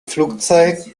flugzeit